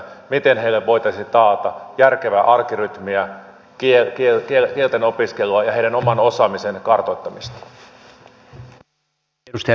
miten heille voitaisiin taata järkevää arkirytmiä kielten opiskelua ja heidän oman osaamisensa kartoittamista